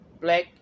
black